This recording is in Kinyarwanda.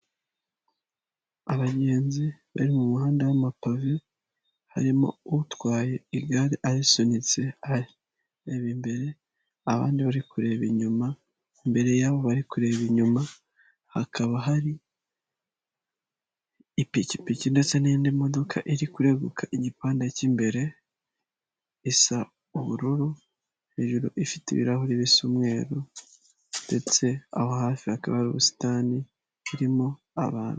Abagenzi bari mu muhanda w'amapave harimo utwaye igare ayisunitse, ari kureba imbere abandi bari kureba inyuma, imbere y'abo bari kureba inyuma hakaba hari ipikipiki ndetse n'indi modoka iri kureguka igipanda k'imbere, isa ubururu hejuru ifite ibirahuri bisa umweru ndetse aho hafi hakaba ari ubusitani burimo abantu.